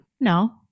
No